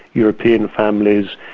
european families,